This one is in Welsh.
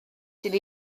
sydd